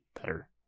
better